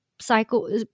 cycle